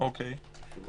שוב,